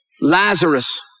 Lazarus